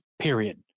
period